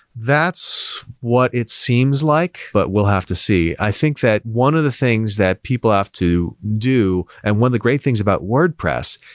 that's what it seems like, but we'll have to see. i think that one of the things that people have to do, and one of the great things about wordpress,